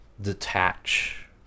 detach